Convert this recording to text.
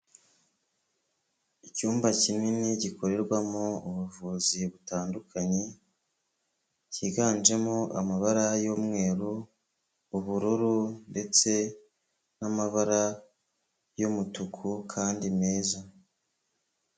Icyumba kinini gikorerwamo ubuvuzi butandukanye, cyiganjemo amabara y'umweru, ubururu ndetse n'amabara y'umutuku kandi meza.